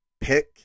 pick